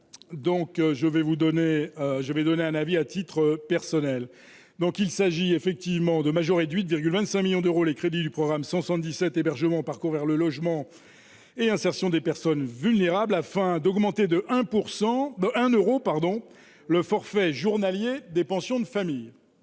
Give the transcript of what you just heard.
donner, je vais donner un avis à titre personnel, donc il s'agit effectivement de majorer 8 25 millions d'euros, les crédits du programme 77 hébergement parcours vers le logement et insertion des personnes. Vulnérables afin d'augmenter de 1 pourcent un Euro pardon le forfait journalier des pensions de famille,